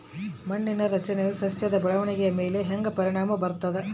ಮಣ್ಣಿನ ರಚನೆಯು ಸಸ್ಯದ ಬೆಳವಣಿಗೆಯ ಮೇಲೆ ಹೆಂಗ ಪರಿಣಾಮ ಬೇರ್ತದ?